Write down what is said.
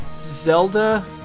Zelda